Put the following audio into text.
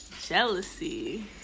jealousy